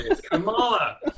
Kamala